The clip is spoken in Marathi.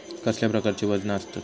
कसल्या प्रकारची वजना आसतत?